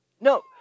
no